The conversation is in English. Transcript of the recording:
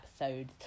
episodes